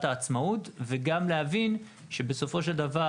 העצמאות וגם להבין שבסופו של דבר,